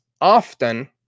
often